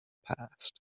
passed